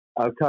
Okay